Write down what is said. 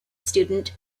student